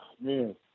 man